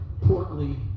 portly